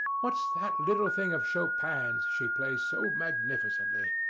what's that little thing of chopin's she plays so magnificently